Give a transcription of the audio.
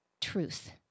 truth